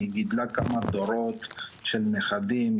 היא גידלה כמה דורות של נכדים,